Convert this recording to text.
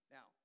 Now